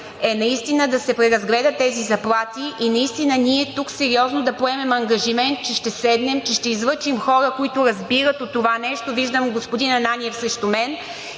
е наистина да се преразгледат тези заплати и ние тук сериозно да поемем ангажимент, че ще седнем, че ще излъчим хора, които разбират от това нещо. Виждам господин Ананиев срещу мен